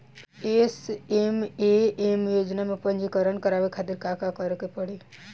SMAM योजना में पंजीकरण करावे खातिर का का करे के पड़ी?